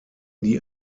die